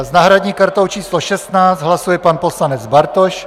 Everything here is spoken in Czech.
S náhradní kartou číslo 16 hlasuje pan poslanec Bartoš.